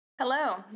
Hello